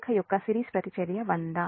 రేఖ యొక్క సిరీస్ ప్రతిచర్య 100 is